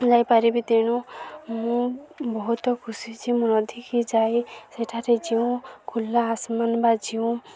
ଯାଇପାରିବି ତେଣୁ ମୁଁ ବହୁତ ଖୁସି ଅଛି ମୁଁ ନଦୀକି ଯାଇ ସେଠାରେ ଯେଉଁ ଖୁଲା ଆସମାନ୍ ବା ଯେଉଁ